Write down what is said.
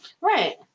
Right